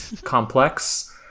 complex